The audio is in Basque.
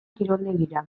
kiroldegira